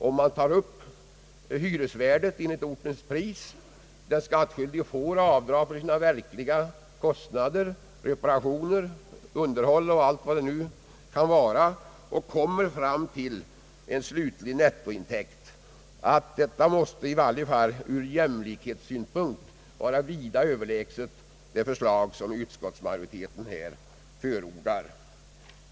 Om man tar upp hyresvärdet enligt ortens pris och den skattskyldige får avdrag för sina verkliga kostnader, reparationer, underhåll och allt vad det kan vara, kommer man fram till en slutlig nettointäkt. Detta måste i varje fall ur jämlikhetssynpunkt vara vida överlägset det förslag som utskottsmajoriteten förordar.